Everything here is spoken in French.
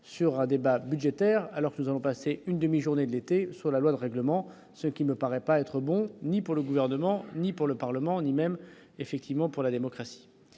sur un débat budgétaire, alors nous allons passer une demi-journée d'été sur la loi de règlement, ce qui ne paraît pas être bon, ni pour le gouvernement, ni pour le parlement ni même effectivement pour la démocratie